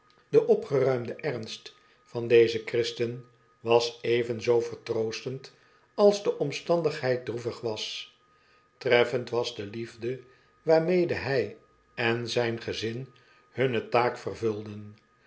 de opgeruimde ernst van dezen christen was evenzoo vertroostend als de omstandigheid droevig was treffend was de liefde waarmede hij en zijn gezin hunne taak vervulden